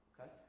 okay